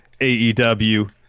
AEW